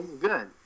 good